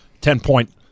Ten-point